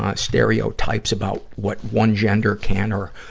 ah stereotypes about what one gender can or,